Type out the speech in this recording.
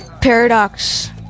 paradox